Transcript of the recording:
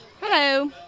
Hello